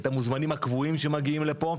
את המוזמנים הקבועים שמגיעים לפה,